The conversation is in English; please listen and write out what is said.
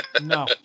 No